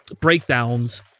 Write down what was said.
breakdowns